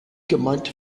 gemeinte